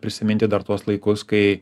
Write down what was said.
prisiminti dar tuos laikus kai